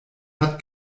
hat